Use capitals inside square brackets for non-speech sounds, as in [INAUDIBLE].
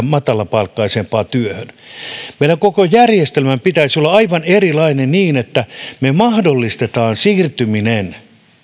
[UNINTELLIGIBLE] matalapalkkaisempaan työhön meidän koko järjestelmän pitäisi olla aivan erilainen niin että me mahdollistamme siirtymisen